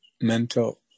mental